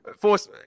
Force